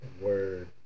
Word